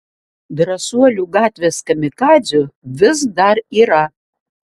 drąsuolių gatvės kamikadzių vis dar yra